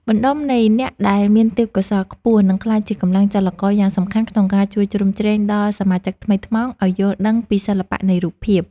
បណ្តុំនៃអ្នកដែលមានទេពកោសល្យខ្ពស់នឹងក្លាយជាកម្លាំងចលករយ៉ាងសំខាន់ក្នុងការជួយជ្រោមជ្រែងដល់សមាជិកថ្មីថ្មោងឱ្យយល់ដឹងពីសិល្បៈនៃរូបភាព។